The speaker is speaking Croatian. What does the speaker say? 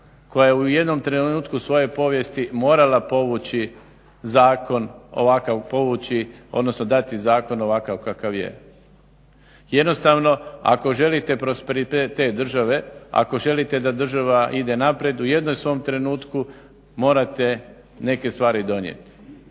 koja je u jednom trenutku svoje povijesti morala povući zakon, odnosno dati zakon ovakav kakav je. I jednostavno ako želite prosperitet države, ako želite da država ide naprijed, u jednom svom trenutku morate neke stvari donijeti.